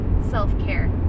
self-care